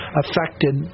affected